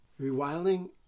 Rewilding